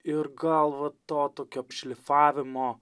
ir gal va to tokio apšlifavimo